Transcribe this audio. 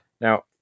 Now